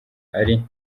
ari